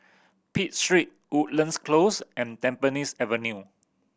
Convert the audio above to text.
Pitt Street Woodlands Close and Tampines Avenue